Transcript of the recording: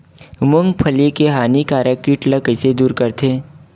मूंगफली के हानिकारक कीट ला कइसे दूर करथे?